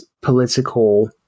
political